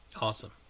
Awesome